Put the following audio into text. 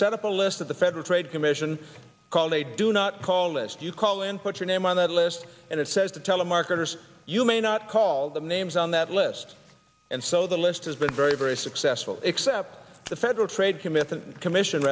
set up a list at the federal trade commission called a do not call list you call in put your name on that list and it says the telemarketers you may not call them names on that list and so the list has been very very successful except the federal trade commission commission